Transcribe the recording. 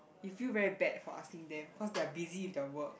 you feel very bad for asking them cause they're busy with their work